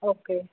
okay